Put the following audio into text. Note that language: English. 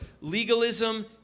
Legalism